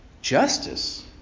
justice